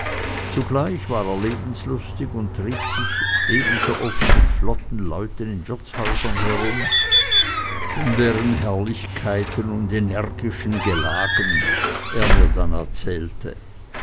zugleich war er lebenslustig und trieb sich ebensooft mit flotten leuten in wirtshäusern herum von deren herrlichkeiten und energischen gelagen er mir dann erzählte